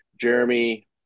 Jeremy